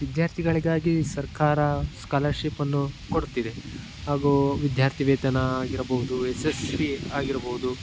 ವಿದ್ಯಾರ್ಥಿಗಳಿಗಾಗಿ ಸರ್ಕಾರ ಸ್ಕಾಲರ್ಶಿಪ್ ಅನ್ನು ಕೊಡುತ್ತಿದೆ ಹಾಗು ವಿದ್ಯಾರ್ಥಿ ವೇತನ ಆಗಿರ್ಬಹುದು ಎಸ್ ಎಸ್ ಸಿ ಆಗಿರ್ಬೋದು